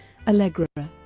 allegra,